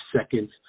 seconds